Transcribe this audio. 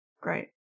great